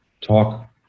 talk